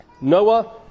Noah